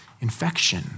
infection